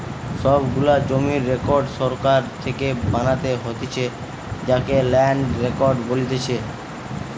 সব গুলা জমির রেকর্ড সরকার থেকে বানাতে হতিছে যাকে ল্যান্ড রেকর্ড বলতিছে